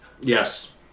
Yes